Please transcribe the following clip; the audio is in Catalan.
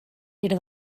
era